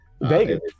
Vegas